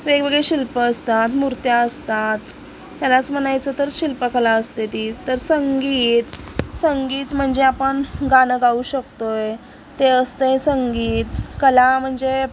वेगवेगळे शिल्प असतात मूर्त्या असतात त्यालाच म्हणायचं तर शिल्पकला असते ती तर संगीत संगीत म्हणजे आपन गाणं गाऊ शकतो आहे ते असतंय संगीत कला म्हणजे